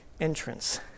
entrance